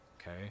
okay